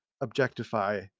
objectify